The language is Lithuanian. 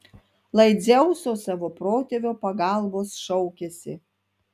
lai dzeuso savo protėvio pagalbos šaukiasi